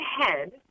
head